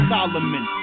Solomon